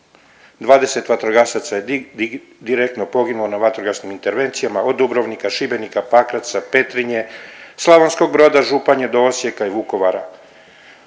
20 vatrogasaca je direktno poginulo na vatrogasnim intervencijama, od Dubrovnika, Šibenika, Pakraca, Petrinje, Slavonskog Broda, Županije do Osijeka i Vukovara.